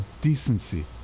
decency